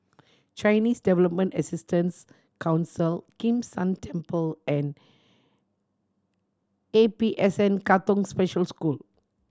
Chinese Development Assistance Council Kim San Temple and A P S N Katong Special School